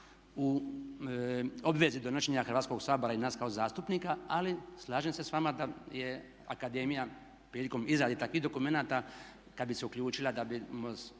u obvezi donošenja Hrvatskoga sabora i nas kao zastupnika ali slažem se s vama da je akademija prilikom izrade takvih dokumenata kada bi se uključila da bismo